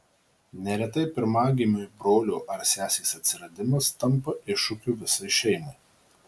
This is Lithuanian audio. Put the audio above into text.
neretai pirmagimiui brolio ar sesės atsiradimas tampa iššūkiu visai šeimai